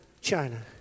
China